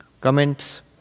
Comments